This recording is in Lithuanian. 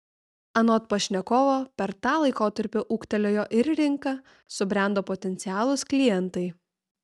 anot pašnekovo per tą laikotarpį ūgtelėjo ir rinka subrendo potencialūs klientai